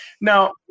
Now